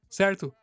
certo